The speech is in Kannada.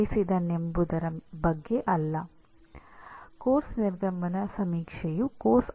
ಕೆಲವೊಮ್ಮೆ ಅವನು ಅದನ್ನು ಸೂಚನಾ ಘಟಕಕ್ಕೂ ಅನ್ವಯಿಸಬಹುದು